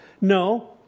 No